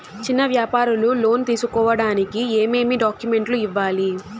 చిన్న వ్యాపారులు లోను తీసుకోడానికి ఏమేమి డాక్యుమెంట్లు ఇవ్వాలి?